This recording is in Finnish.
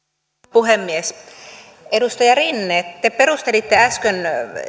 puhemies edustaja rinne te perustelitte äsken